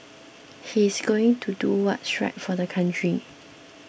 he's going to do what's right for the country